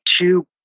two